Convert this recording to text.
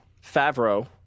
Favreau